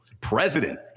president